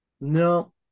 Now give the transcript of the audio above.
No